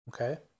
Okay